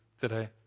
today